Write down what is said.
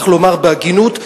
צריך לומר בהגינות,